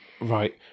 Right